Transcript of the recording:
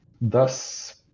Thus